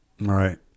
Right